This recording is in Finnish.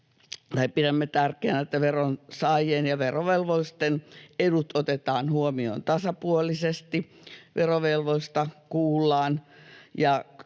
pidämme tärkeänä, että veronsaajien ja verovelvollisten edut otetaan huomioon tasapuolisesti, verovelvollista kuullaan,